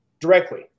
directly